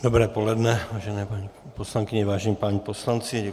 Dobré poledne, vážené paní poslankyně, vážení páni poslanci.